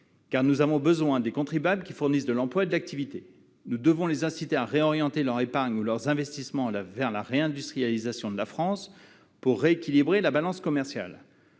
car nous avons besoin des contribuables qui fournissent de l'emploi et de l'activité. Nous devons les inciter à réorienter leur épargne ou leurs investissements vers la réindustrialisation de la France pour rééquilibrer la balance commerciale.